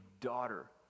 daughter